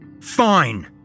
Fine